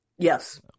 Yes